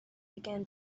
began